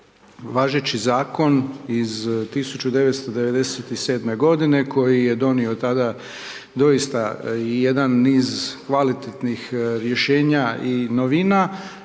važeći zakon iz 1997. godine koji je donio tada doista i jedan niz kvalitetnih rješenja i novina